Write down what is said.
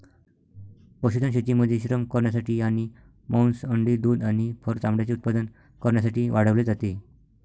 पशुधन शेतीमध्ये श्रम करण्यासाठी आणि मांस, अंडी, दूध आणि फर चामड्याचे उत्पादन करण्यासाठी वाढवले जाते